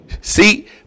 See